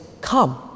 come